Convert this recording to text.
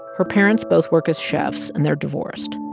her parents both work as chefs, and they're divorced.